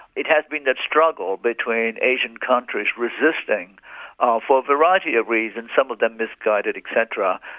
it has been that struggle between asian countries resisting ah for a variety of reasons, some of them misguided etc.